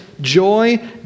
joy